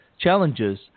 challenges